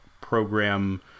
program